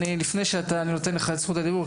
לפני שאני נותן לך את זכות הדיבור,